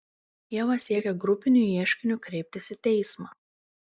ieva siekia grupiniu ieškiniu kreiptis į teismą